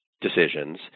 decisions